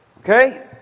Okay